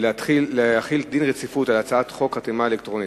להחיל דין רציפות על הצעת חוק חתימה אלקטרונית